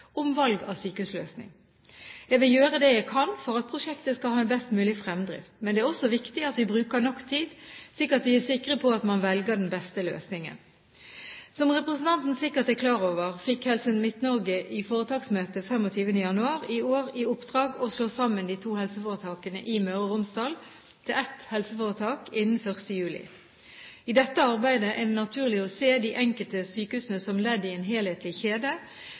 om valg av sykehusløsning. Jeg vil gjøre det jeg kan for at prosjektet skal ha en best mulig fremdrift, men det er også viktig at vi bruker nok tid, slik at vi er sikre på at man velger den beste løsningen. Som representanten sikkert er klar over, fikk Helse Midt-Norge i foretaksmøtet den 25. januar i år i oppdrag å slå sammen de to helseforetakene i Møre og Romsdal til ett helseforetak innen 1. juli. I dette arbeidet er det naturlig å se de enkelte sykehusene som ledd i en helhetlig kjede,